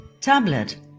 tablet